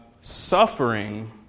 suffering